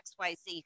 XYZ